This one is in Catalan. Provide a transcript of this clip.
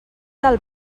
del